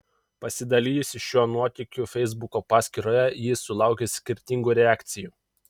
pasidalijusi šiuo nuotykiu feisbuko paskyroje ji sulaukė skirtingų reakcijų